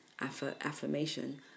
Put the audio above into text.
affirmation